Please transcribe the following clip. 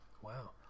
wow